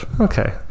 Okay